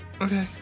Okay